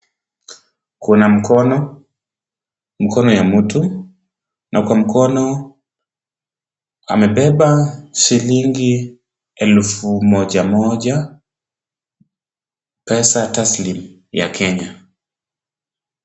Kuna mkono, mkono ya mtu, na kwa mkono amebeba shillingi elfu moja moja, pesa taslimu ya Kenya.